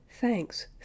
thanks